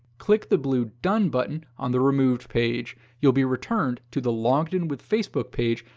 click the blue done button on the removed page. you'll be returned to the logged in with facebook page,